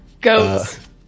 Goats